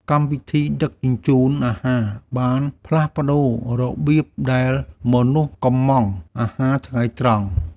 កម្មវិធីដឹកជញ្ជូនអាហារ បានផ្លាស់ប្តូររបៀបដែលមនុស្សកុម្ម៉ង់អាហារថ្ងៃត្រង់។